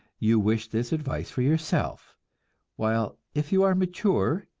you wish this advice for yourself while if you are mature,